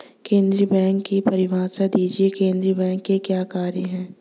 केंद्रीय बैंक की परिभाषा दीजिए केंद्रीय बैंक के क्या कार्य हैं?